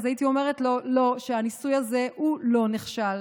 הייתי אומרת לו שהניסוי הזה לא נכשל,